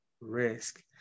risk